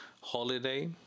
holiday